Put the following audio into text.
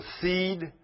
seed